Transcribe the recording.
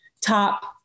top